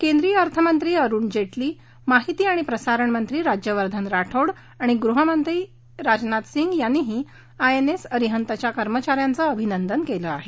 केंद्रीय अर्थमंत्री अरुण जेटली माहिती आणि प्रसारणमंत्री राज्यवर्धन राठोड आणि गृहमंत्री राजनाथ सिंग यांनीही आयएनएस अरिहंतच्या कर्मचा यांचं अभिनंदन केलं आहे